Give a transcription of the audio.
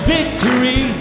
Victory